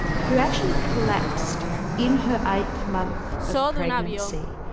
who actually collapsed in her eighth month of pregnancy,